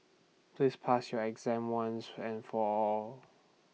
please pass your exam once and for all